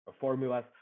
formulas